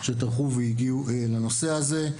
שטרחו והגיעו לנושא הזה.